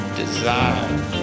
desire